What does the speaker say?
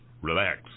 relax